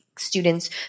students